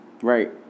Right